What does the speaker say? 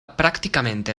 prácticamente